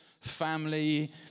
family